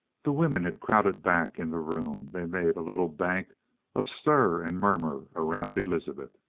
the women had crowded back in the room. they made a little bank of stir and murmur around elizabeth.